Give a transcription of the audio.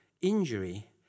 injury